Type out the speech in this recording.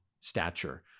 stature